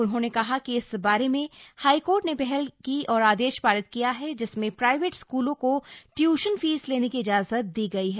उन्होंने कहा कि इस बारे में हाईकोर्ट ने पहले ही आदेश पारित किया है जिसमें प्राइवेट स्कूलों को ट्यूशन फीस लेने की इजाजत दी गई है